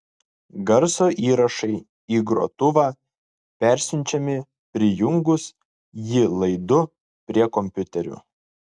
garso įrašai į grotuvą persiunčiami prijungus jį laidu prie kompiuterio